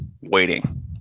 waiting